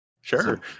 sure